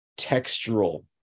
textural